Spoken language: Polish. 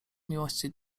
miłości